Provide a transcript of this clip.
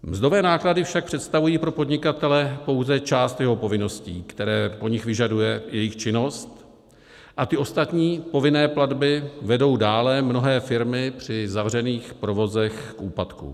Mzdové náklady však představují pro podnikatele pouze část jeho povinností, které po nich vyžaduje jejich činnost, a ty ostatní povinné platby vedou dále mnohé firmy při zavřených provozech k úpadku.